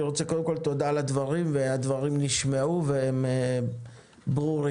תודה על הדברים, הם נשמעו והם ברורים.